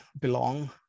belong